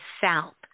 South